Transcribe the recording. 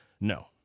No